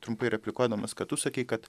trumpai replikuodamas ką tu sakei kad